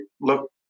look